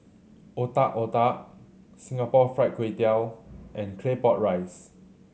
Otak Otak Singapore Fried Kway Tiao and Claypot Rice